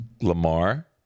Lamar